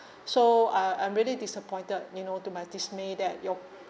so I I'm really disappointed you know to my dismay that your